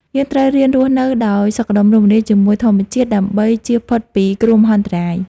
យើងត្រូវរៀនរស់នៅដោយសុខដុមរមនាជាមួយធម្មជាតិដើម្បីជៀសផុតពីគ្រោះមហន្តរាយ។